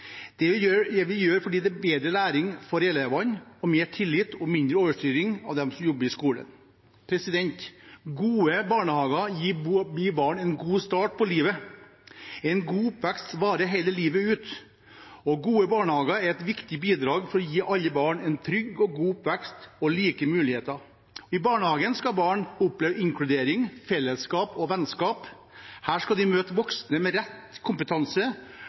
Det vil vi gjøre fordi det gir bedre læring for elevene – og mer tillit til og mindre overstyring av dem som jobber i skolen. Gode barnehager gir barn en god start i livet. En god oppvekst varer hele livet ut. Gode barnehager er et viktig bidrag for å gi alle barn en trygg og god oppvekst og like muligheter. I barnehagen skal barn oppleve inkludering, fellesskap og vennskap. Her skal de møte voksne med rett kompetanse,